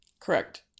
Correct